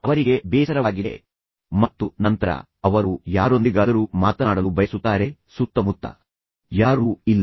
ಅವರಿಗೆ ಬೇಸರವಾಗಿದೆ ಮತ್ತು ನಂತರ ಅವರು ಯಾರೊಂದಿಗಾದರೂ ಮಾತನಾಡಲು ಬಯಸುತ್ತಾರೆ ಸುತ್ತಮುತ್ತ ಯಾರೂ ಇಲ್ಲ